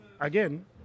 again